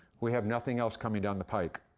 we have nothing else coming down the pike,